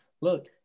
Look